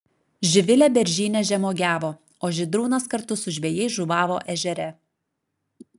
živilė beržyne žemuogiavo o žydrūnas kartu su žvejais žuvavo ežere